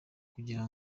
kugira